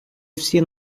всі